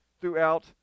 throughout